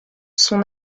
son